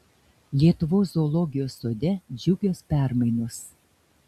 lietuvos zoologijos sode džiugios permainos